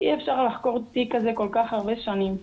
אי אפשר לחקור תיק כזה כל כך הרבה שנים.